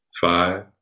five